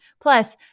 Plus